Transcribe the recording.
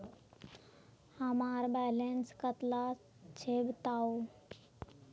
हमार बैलेंस कतला छेबताउ?